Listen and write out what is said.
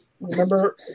Remember